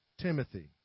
Timothy